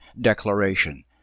Declaration